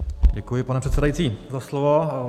Děkuji, pane předsedající, za slovo.